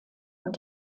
und